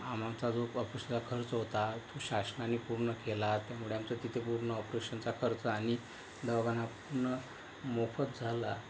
आमचा जो ऑपरेशनचा खर्च होता तो शासनाने पूर्ण केला त्यामुळे आमचा तिथे पूर्ण ऑपरेशनचा खर्च आणि दवाखाना मोफत झाला